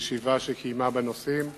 בישיבה שקיימה בנושאים,